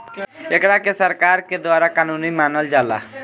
एकरा के सरकार के द्वारा कानूनी मानल जाला